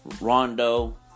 Rondo